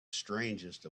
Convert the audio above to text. strangest